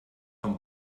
vom